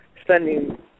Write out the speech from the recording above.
Spending